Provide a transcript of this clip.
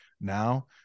now